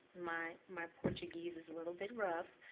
my my portuguese is a little bit rough?